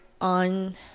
on